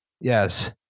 Yes